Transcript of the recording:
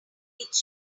its